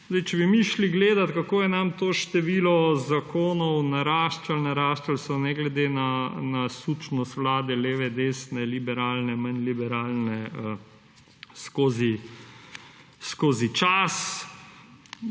Če bi mi šli gledat, kako je nam to število zakonov naraščalo; naraščali so skozi čas, ne glede na sučnost vlade: leve, desne, liberalne, manj liberalne. Določene